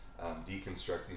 deconstructing